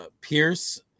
Pierce